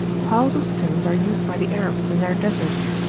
piles of stones are used by the arabs in their deserts,